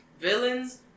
villains